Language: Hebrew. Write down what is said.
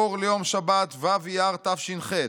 אור ליום שבת ו' אייר תש"ח,